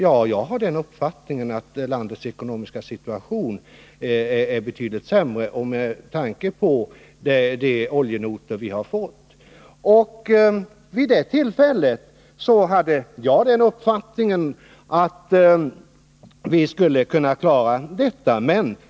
Ja, jag har den uppfattningen att landets ekonomiska situation är betydligt sämre nu med tanke på de oljenotor vi har fått. Vid det tillfället hade jag den uppfattningen att vi skulle kunna klara värdesäkringen.